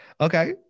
Okay